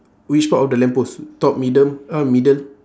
which part of the lamp post top middle uh middle